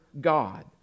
God